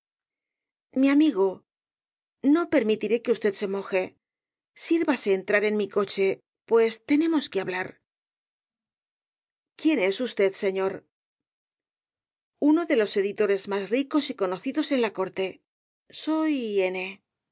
mi amigo no permitiré que usted se moje sírvase entrar en mi coche pues tenemos que hablar quién es usted señor uno de los editores más ricos y conocidos en la corte soy n